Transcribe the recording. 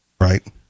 right